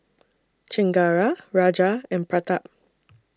Chengara Raja and Pratap